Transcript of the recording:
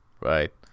right